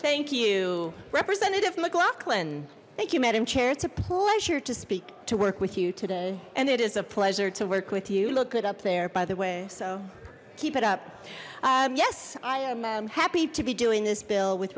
thank you representative mclaughlin thank you madam chair it's a pleasure to speak to work with you today and it is a pleasure to work with you look good up there by the way so keep it up yes i am happy to be doing this bill with